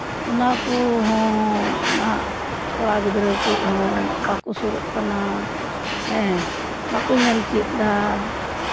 ᱚᱱᱟ ᱠᱚᱦᱚᱸ ᱠᱚᱲᱟ ᱜᱤᱫᱽᱨᱟᱹ ᱠᱚᱦᱚᱸ ᱵᱟᱠᱚ ᱥᱩᱨᱩᱜ ᱠᱟᱱᱟ ᱦᱮᱸ ᱵᱟᱠᱚ ᱧᱮᱞ ᱪᱮᱫᱟ